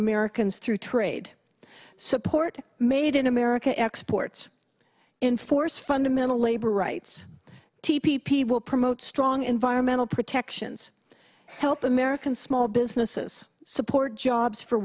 americans through trade support made in america exports inforce fundamental labor rights t p will promote strong environmental protections help american small businesses support jobs for